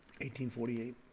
1848